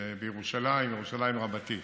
בירושלים רבתי,